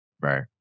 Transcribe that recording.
Right